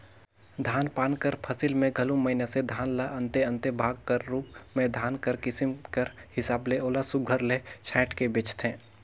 धान पान कर फसिल में घलो मइनसे धान ल अन्ते अन्ते भाग कर रूप में धान कर किसिम कर हिसाब ले ओला सुग्घर ले छांएट के बेंचथें